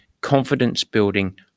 confidence-building